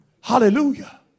Hallelujah